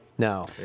No